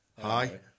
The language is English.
hi